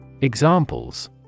Examples